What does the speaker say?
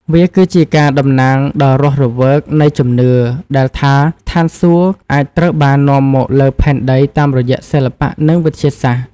វាគឺជាការតំណាងដ៏រស់រវើកនៃជំនឿដែលថាស្ថានសួគ៌អាចត្រូវបាននាំមកលើផែនដីតាមរយៈសិល្បៈនិងវិទ្យាសាស្ត្រ។